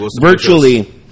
virtually